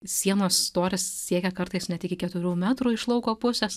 sienos storis siekia kartais net iki keturių metrų iš lauko pusės